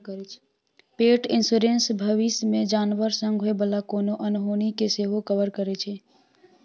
पेट इन्स्योरेन्स भबिस मे जानबर संग होइ बला कोनो अनहोनी केँ सेहो कवर करै छै